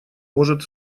может